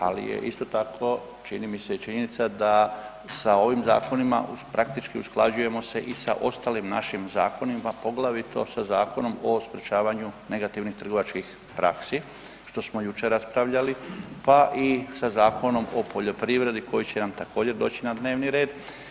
Ali je isto tako čini mi se i činjenica da sa ovim zakonima praktički usklađujemo se i sa ostalim našim zakonima, poglavito sa Zakonom o sprječavanju negativnih trgovačkih praksi, što smo jučer raspravljali, pa i sa Zakonom o poljoprivredi koji će nam također doći na dnevni red.